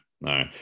no